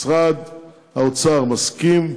משרד האוצר מסכים,